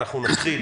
אנחנו נתחיל